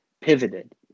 pivoted